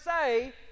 say